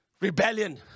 rebellion